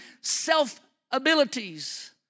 self-abilities